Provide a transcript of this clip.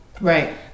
right